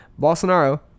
Bolsonaro